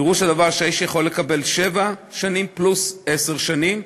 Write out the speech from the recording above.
פירוש הדבר הוא שהאיש יכול לקבל שבע שנים פלוס עשר שנים.